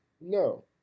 No